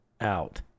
out